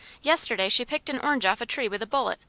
yesterday she picked an orange off a tree with a bullet.